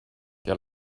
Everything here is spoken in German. der